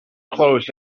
closed